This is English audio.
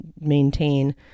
maintain